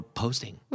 posting